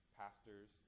pastors